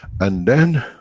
and then,